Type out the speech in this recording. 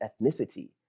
ethnicity